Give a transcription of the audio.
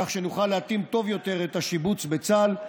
כך שנוכל להתאים טוב יותר את השיבוץ בצה"ל.